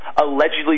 allegedly